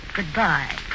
Goodbye